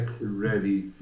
ready